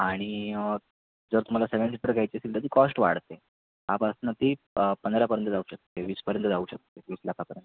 आणि जर तुमाला सेवन सीटर घ्यायची असेल तर ती कॉस्ट वाढते आपासनं ती पंधरापर्यंत जाऊ शकते वीसपर्यंत जाऊ शकते वीस लाखापर्यंत